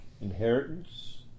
inheritance